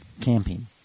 camping